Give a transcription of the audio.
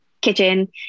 kitchen